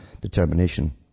determination